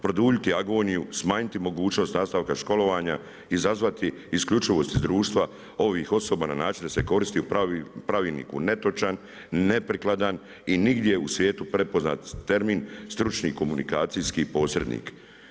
Produljiti agoniju, smanjiti mogućnost nastavka školovanja, izazvati isključivost iz društva ovih osoba na način da se koristi u pravilniku netočan, neprikladan i nigdje u svijetu prepoznat termin stručni komunikacijski posrednik.